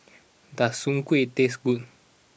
does Soon Kway taste good